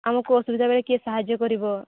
ଆମକୁ ଅସୁବିଧା ବେଳେ କିଏ ସାହାଯ୍ୟ କରିବ